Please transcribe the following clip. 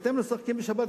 אתם לא משחקים בשבת,